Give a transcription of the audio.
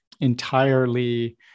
entirely